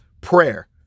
prayer